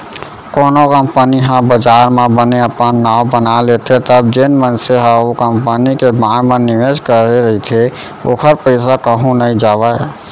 कोनो कंपनी ह बजार म बने अपन नांव बना लेथे तब जेन मनसे ह ओ कंपनी के बांड म निवेस करे रहिथे ओखर पइसा कहूँ नइ जावय